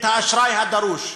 את האשראי הדרוש,